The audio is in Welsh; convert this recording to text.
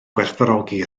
gwerthfawrogi